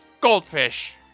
Goldfish